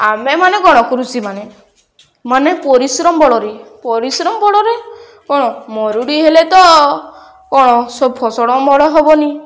ଆମେମାନେ କ'ଣ କୃଷିମାନେ ମାନେ ପରିଶ୍ରମ ବଳରେ ପରିଶ୍ରମ ବଳରେ କ'ଣ ମରୁଡ଼ି ହେଲେ ତ କ'ଣ ଫସଲ ଅମଳ ହେବନି